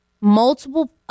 multiple